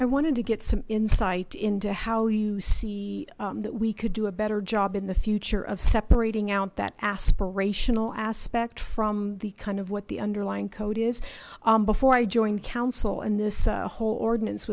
i wanted to get some insight into how you see that we could do a better job in the future of separating out that aspirational aspect from the kind of what the underlying code is before i joined council and this whole ordinance